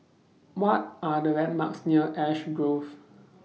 What Are The landmarks near Ash Grove